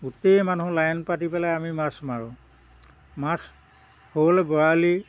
গোটেই মানুহ লাইন পাতি পেলাই আমি মাছ মাৰোঁ মাছ শ'ল বৰালী